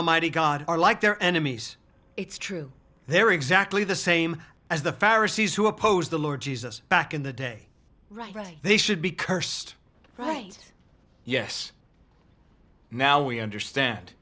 almighty god are like their enemies it's true they're exactly the same as the pharisees who opposed the lord jesus back in the day they should be cursed right yes now we understand